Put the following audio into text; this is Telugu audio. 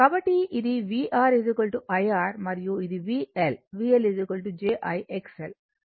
కాబట్టి ఇది vR I R మరియు ఇది VL VL j I XL j అంటే కోణం 90 o